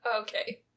okay